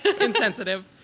Insensitive